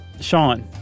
Sean